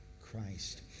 Christ